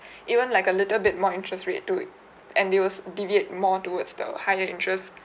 even like a little bit more interest rate to and they will s~ deviate more towards the higher interest